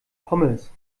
pommes